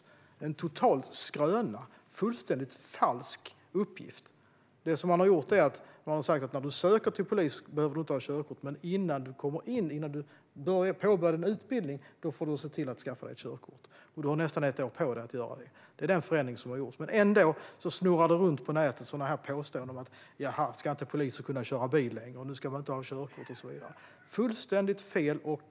Det är en skröna, en fullständigt falsk uppgift. Det man i själva verket har sagt är att de som söker utbildningen inte behöver ha körkort för att få ansöka, men de måste i så fall se till att skaffa körkort innan de påbörjar utbildningen. De har nästan ett år på sig att göra det. Det är den förändringen som har gjorts. Men ändå cirkulerar det påståenden på nätet om att poliser inte ska kunna köra bil längre och liknande. Det är fullständigt fel.